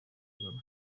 kagame